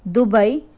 Dubai